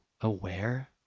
aware